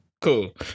cool